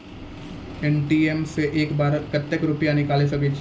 ATM सऽ एक बार म कत्तेक रुपिया निकालि सकै छियै?